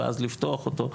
ואז לפתוח אותו.